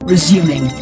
Resuming